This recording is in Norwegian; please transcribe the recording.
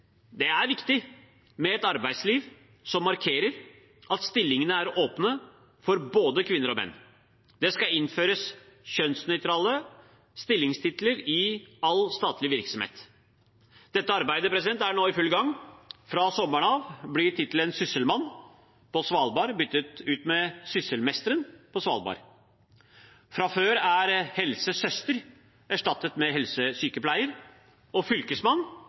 Det er viktig med et arbeidsliv som markerer at stillingene er åpne for både kvinner og menn. Det skal innføres kjønnsnøytrale stillingstitler i all statlig virksomhet. Dette arbeidet er nå i full gang. Fra sommeren av blir tittelen Sysselmannen på Svalbard byttet ut med Sysselmesteren på Svalbard. Fra før av er helsesøster erstattet med helsesykepleier, og